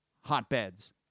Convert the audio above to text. hotbeds